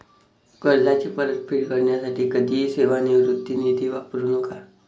कर्जाची परतफेड करण्यासाठी कधीही सेवानिवृत्ती निधी वापरू नका